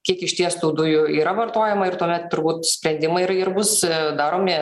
kiek išties tų dujų yra vartojama ir tuomet turbūt sprendimai ir ir bus daromi